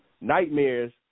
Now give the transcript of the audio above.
nightmares